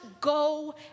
go